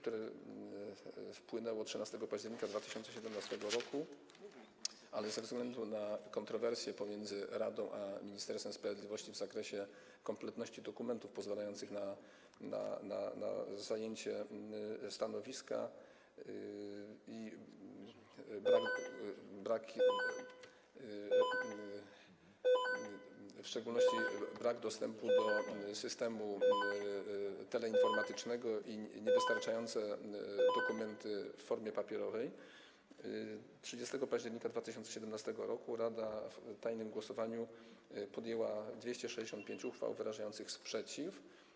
To wpłynęło 13 października 2017 r., ale ze względu na kontrowersje pomiędzy radą a Ministerstwem Sprawiedliwości w zakresie kompletności dokumentów pozwalających na zajęcie stanowiska - chodzi w szczególności o brak dostępu do systemu teleinformatycznego i niewystarczające dokumenty w formie papierowej - 30 października 2017 r. rada w tajnym głosowaniu podjęła 265 uchwał wyrażających sprzeciw.